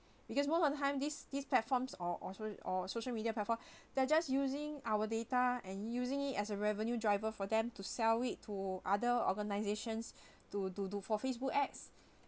because most of the time these these platforms or social or social media platform they're just using our data and using it as a revenue driver for them to sell it to other organisations to to do for facebook ads